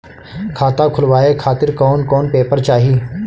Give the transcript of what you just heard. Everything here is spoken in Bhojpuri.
खाता खुलवाए खातिर कौन कौन पेपर चाहीं?